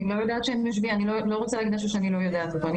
אני לא רוצה להגיד משהו שאני לא יודעת להגיד אותו.